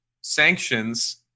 sanctions